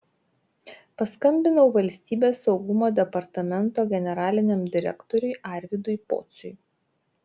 paskambinau valstybės saugumo departamento generaliniam direktoriui arvydui pociui